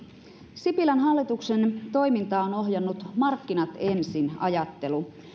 sipilän hallituksen toimintaa on ohjannut markkinat ensin ajattelu